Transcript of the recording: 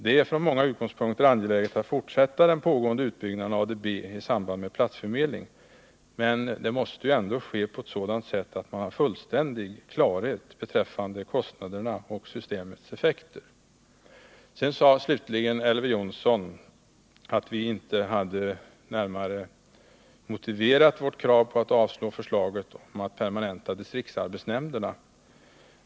Det är från många utgångspunkter angeläget att man fortsätter den pågående utbyggnaden av ADB i samband med platsförmedling. Men det måste ändå ske på ett sådant sätt att man har fullständig klarhet beträffande kostnaderna och systemets effekter. Slutligen sade Elver Jonsson att vi inte hade motiverat vårt krav på att förslaget om att permanenta distriktsarbetsnämnderna skall avslås.